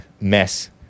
mess